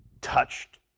touched